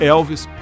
Elvis